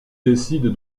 décide